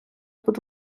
будь